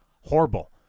horrible